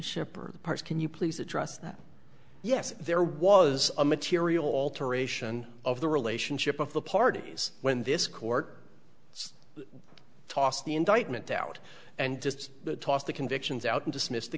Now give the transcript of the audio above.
schipper parts can you please address that yes there was a material alteration of the relationship of the parties when this court toss the indictment out and just toss the convictions out and dismiss the